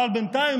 אבל בינתיים,